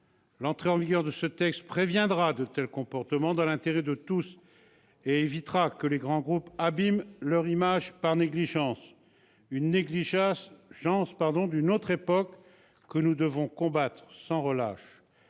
L'entrée en vigueur de ce texte préviendra de tels comportements dans l'intérêt de tous et évitera que les grands groupes n'abîment leur image par négligence- une négligence d'une autre époque que nous devons combattre sans relâche